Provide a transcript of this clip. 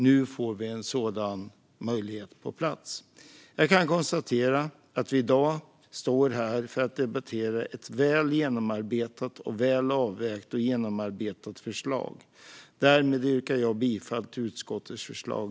Nu får vi en sådan möjlighet på plats. Jag kan konstatera att vi i dag står här för att debattera ett väl genomarbetat och väl avvägt förslag. Därmed yrkar jag bifall till utskottets förslag.